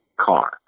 car